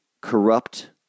corrupt